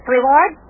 reward